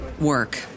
work